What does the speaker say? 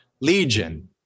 legion